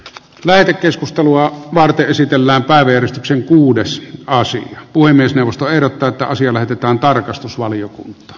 lähetekeskustelua varten esitellään päivystyksen kuudes kausi puhemiesneuvosto ehdottaa että asia näytetään tarkastusvaliokunta